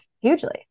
hugely